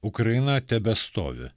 ukrainą tebestovi